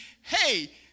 hey